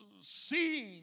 seeing